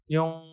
Yung